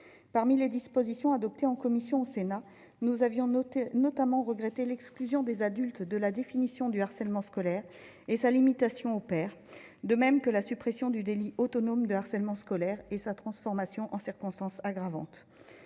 Parmi les dispositions adoptées en commission au Sénat, nous avions notamment regretté l'exclusion des adultes de la définition du harcèlement scolaire, et sa limitation aux pairs, de même que la suppression du délit autonome de harcèlement scolaire et sa transformation en circonstance aggravante.